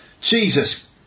Jesus